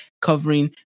covering